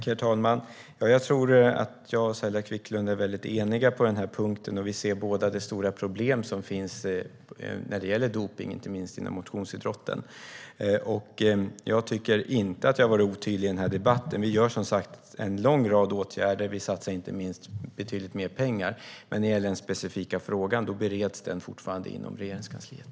Herr talman! Jag tror att jag och Saila Quicklund är väldigt eniga på den här punkten. Vi ser båda det stora problem som finns med dopning, inte minst inom motionsidrotten. Jag tycker inte att jag har varit otydlig i den här debatten. Vi vidtar, som sagt, en lång rad åtgärder. Inte minst satsar vi betydligt mer pengar. När det gäller den specifika frågan bereds den fortfarande inom Regeringskansliet.